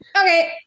Okay